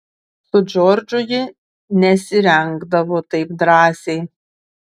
su džordžu ji nesirengdavo taip drąsiai